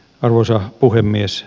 arvoisa puhemies